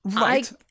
Right